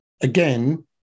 again